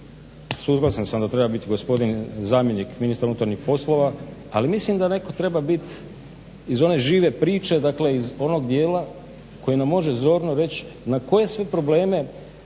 razminiranje. … da treba biti gospodin zamjenik ministar unutarnjih poslova, ali mislim da treba netko biti iz one žive priče dakle iz onog dijela koji nam zorno može reći na koje sve probleme